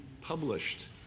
published